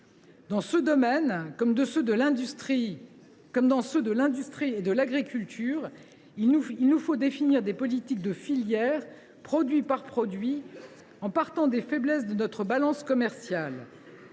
Dans ce domaine, comme dans ceux de l’industrie et de l’agriculture, il nous faut définir des politiques de filière, produit par produit, en partant des faiblesses de notre balance commerciale.